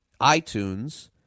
iTunes